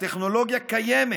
הטכנולוגיה קיימת.